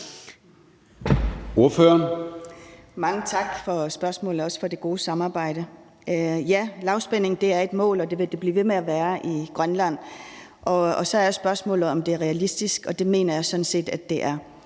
Mange tak for spørgsmålet, også tak for det gode samarbejde. Ja, lavspænding er et mål, og det vil det blive ved med at være i Grønland. Og så er spørgsmålet, om det er realistisk, og det mener jeg sådan set det er.